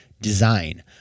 design